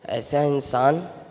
ایسا انسان